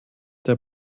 der